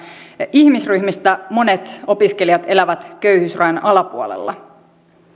ihmisryhmistä monet opiskelijat elävät köyhyysrajan alapuolella